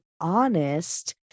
Honest